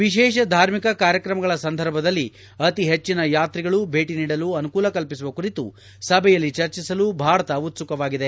ವಿಶೇಷ ಧಾರ್ಮಿಕ ಕಾರ್ಯಕ್ರಮಗಳ ಸಂದರ್ಭದಲ್ಲಿ ಅತಿ ಹೆಚ್ಚಿನ ಯಾತ್ರಿಗಳು ಭೇಟಿ ನೀಡಲು ಅನುಕೂಲ ಕಲ್ಪಿಸುವ ಕುರಿತು ಸಭೆಯಲ್ಲಿ ಚರ್ಚಿಸಲು ಭಾರತ ಉತ್ಸುಕವಾಗಿದೆ